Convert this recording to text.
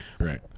Right